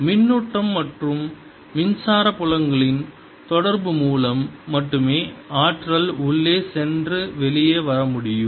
மின்னூட்டம் மற்றும் மின்சார புலங்களின் தொடர்பு மூலம் மட்டுமே ஆற்றல் உள்ளே சென்று வெளியே வர முடியும்